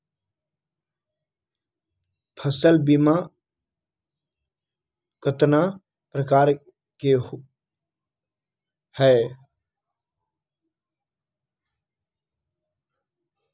फसल बीमा कतना प्रकार के हई?